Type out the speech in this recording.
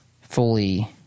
fully